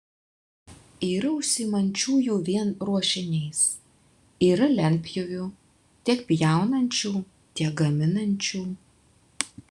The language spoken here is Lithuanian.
yra užsiimančiųjų vien ruošiniais yra lentpjūvių tiek pjaunančių tiek gaminančių